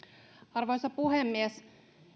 arvoisa puhemies